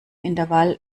intervall